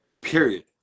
period